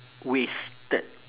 wasted